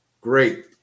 Great